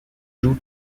joue